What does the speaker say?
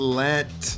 let